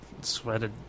sweated